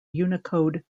unicode